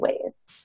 ways